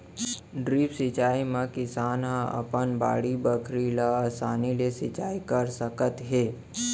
drip सिंचई म किसान ह अपन बाड़ी बखरी ल असानी ले सिंचई कर सकत हे